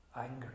angry